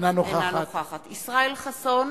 אינה נוכחת ישראל חסון,